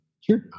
Sure